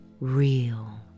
real